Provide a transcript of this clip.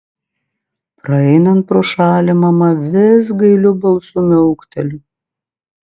praeinant pro šalį mama vis gailiu balsu miaukteli